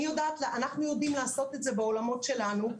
אנחנו יודעים לעשות את זה בעולמות שלנו,